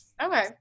Okay